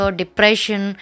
depression